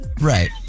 Right